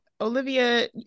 Olivia